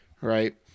right